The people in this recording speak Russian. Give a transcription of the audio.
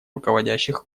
руководящих